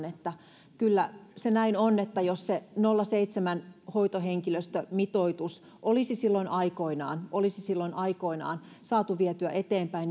että kyllä se näin on että jos se nolla pilkku seitsemän hoitohenkilöstömitoitus olisi silloin aikoinaan olisi silloin aikoinaan saatu vietyä eteenpäin